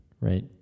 right